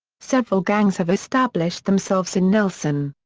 several gangs have established themselves in nelson.